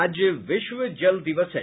आज विश्व जल दिवस है